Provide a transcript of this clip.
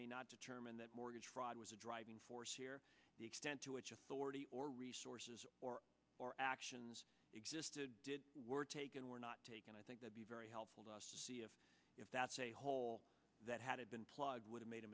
may not determine that mortgage fraud was a driving force here the extent to which authority or resources or or actions existed did were taken were not taken i think that be very helpful to us if that's a hole that had been plugged would have made a